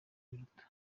biruta